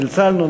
צלצלנו,